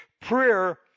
prayer